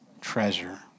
treasure